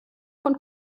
von